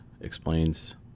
explains